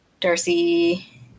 Darcy